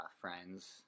friends